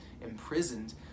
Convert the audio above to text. imprisoned